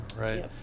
right